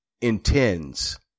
intends